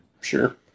Sure